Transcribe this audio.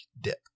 dip